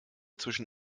zwischen